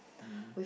mmhmm